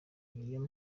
niyo